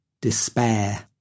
despair